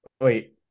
Wait